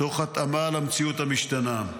תוך התאמה למציאות המשתנה.